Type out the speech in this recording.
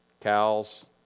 Cows